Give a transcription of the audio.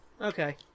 Okay